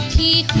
e